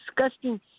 disgusting